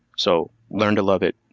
so learn to love it,